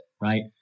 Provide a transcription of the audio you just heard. right